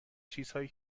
چیزهایی